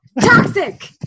toxic